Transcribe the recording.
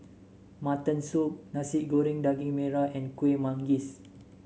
Mutton Soup Nasi Goreng Daging Merah and Kuih Manggis